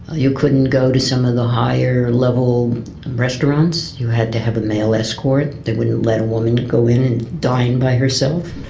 ah you couldn't go to some of the higher level restaurants, you had to have a male escort, they wouldn't let a woman go in and dine by herself.